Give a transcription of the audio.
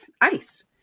ICE